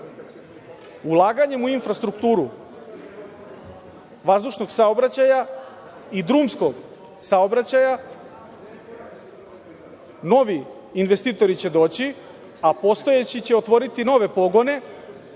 Ulaganjem u infrastrukturu vazdušnog saobraćaja i drumskog saobraćaja, novi investitori će doći, a postojeći će otvoriti nove pogone